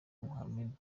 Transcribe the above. mohammed